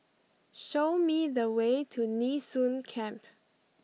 show me the way to Nee Soon Camp